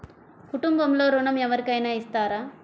కుటుంబంలో ఋణం ఎవరికైనా ఇస్తారా?